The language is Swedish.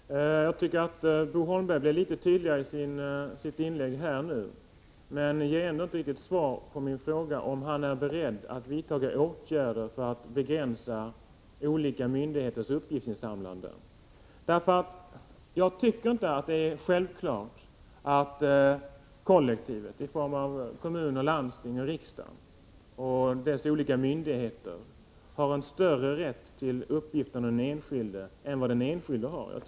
Herr talman! Jag tycker Bo Holmberg blir litet tydligare i sitt andra inlägg, men han ger ändå inte riktigt svar på min fråga, om han är beredd att vidta åtgärder för att begränsa olika myndigheters uppgiftsinsamlande. Jag tycker inte att det är självklart att kollektivet, i form av kommuner, landsting och riksdag och dess olika myndigheter, har en större rätt till uppgifter om den enskilde än vad den enskilde själv har.